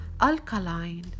alkaline